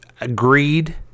agreed